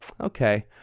okay